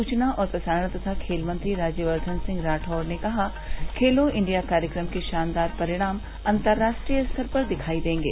सूचना और प्रसारण तथा खेल मंत्री राज्यवर्द्वन सिंह राठौर ने कहा खेलों इंडिया कार्यक्रम के शानदार परिणाम अतर्राष्ट्रीय स्तर पर दिखाई देंगे